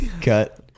Cut